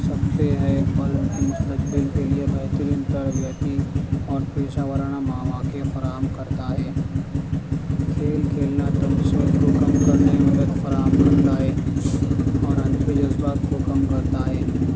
مستقبل کے لیے بہترین تر اور پیشہ ورانہ مواقع فراہم کرتا ہے کھیل کھیلنا مدد فراہم کرتا ہے اور جذبات کو کم کرتا ہے